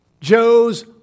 Joe's